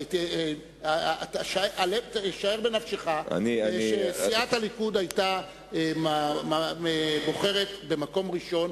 שער בנפשך שסיעת הליכוד היתה בוחרת במקום ראשון,